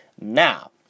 Now